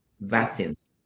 vaccines